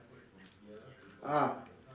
ah